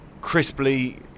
crisply